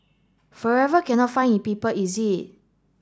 forever cannot find it people is it